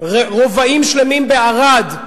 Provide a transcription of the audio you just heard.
רבעים שלמים בערד,